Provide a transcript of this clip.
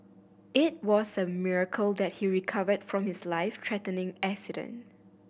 it was a miracle that he recovered from his life threatening accident